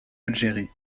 algérie